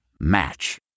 Match